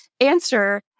answer